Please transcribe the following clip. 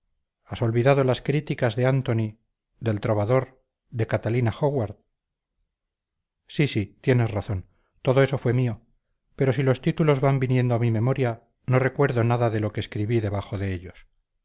has olvidado las críticas de antony del trovador de catalina howard sí sí tienes razón todo eso fue mío pero si los títulos van viniendo a mi memoria no recuerdo nada de lo que escribí debajo de ellos